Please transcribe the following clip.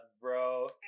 bro